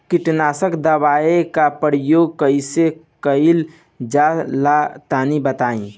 कीटनाशक दवाओं का प्रयोग कईसे कइल जा ला तनि बताई?